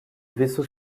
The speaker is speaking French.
vaisseau